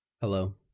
hello